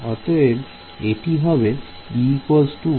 অতএব এটি হবে e 1